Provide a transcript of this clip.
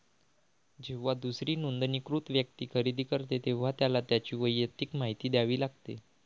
जेव्हा दुसरी नोंदणीकृत व्यक्ती खरेदी करते, तेव्हा त्याला त्याची वैयक्तिक माहिती द्यावी लागते